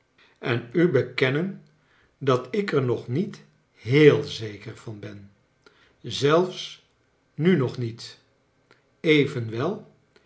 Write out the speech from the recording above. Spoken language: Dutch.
en u bekennen dat ik er nog niet heel zeker van ben zelfs nu nog niet even